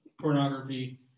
Pornography